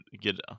get